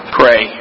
pray